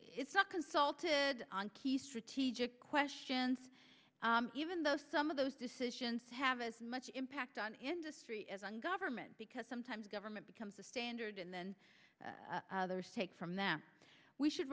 e not consulted on key strategic questions even though some of those decisions have as much impact on industry as on government because sometimes government becomes the standard and then take from that we should